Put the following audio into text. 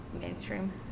Mainstream